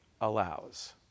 allows